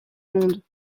monde